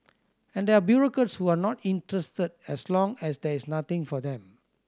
and there are bureaucrats who are not interested as long as there is nothing for them